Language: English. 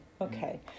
okay